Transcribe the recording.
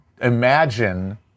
imagine